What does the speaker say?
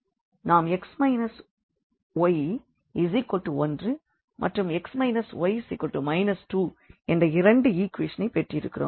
நாம்x y1 மற்றும் x y 2என்ற இரண்டு ஈக்வேஷன் ஐப் பெற்றிருக்கிறோம்